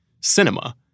cinema